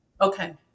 Okay